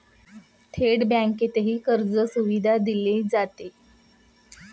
थेट बँकेतही कर्जसुविधा दिली जाते